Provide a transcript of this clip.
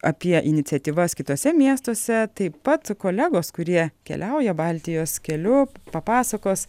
apie iniciatyvas kituose miestuose taip pat kolegos kurie keliauja baltijos keliu papasakos